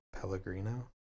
Pellegrino